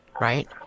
right